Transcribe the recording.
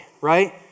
right